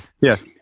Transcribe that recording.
Yes